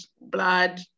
blood